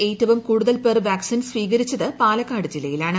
കേരളത്തിൽഏറ്റവും കൂടുതൽ പേർ വാക്സിൻ സ്വീകരിച്ചത് പാലക്കാട് ജില്ലയിലാണ്